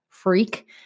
Freak